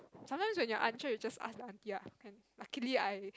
sometimes when you are unsure you just ask the aunty lah can luckily I